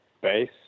base